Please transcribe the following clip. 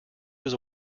was